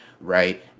right